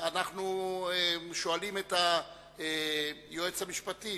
אנחנו שואלים את היועץ המשפטי